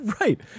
Right